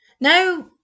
No